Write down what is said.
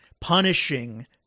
punishing